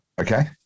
Okay